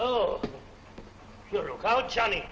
oh johnny